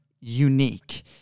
unique